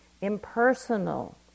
Impersonal